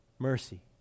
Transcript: Mercy